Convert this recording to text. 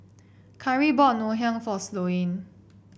Karri bought Ngoh Hiang for Sloane